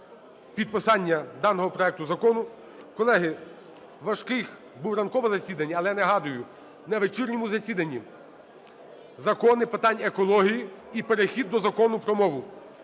підписання даного проекту закону. Колеги, важким було ранкове засідання, але, нагадую, на вечірньому засіданні закони з питань екології і перехід до Закону про мову,